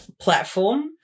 platform